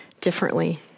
differently